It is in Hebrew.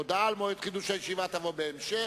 הודעה על מועד חידוש הישיבה תבוא בהמשך.